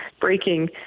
breaking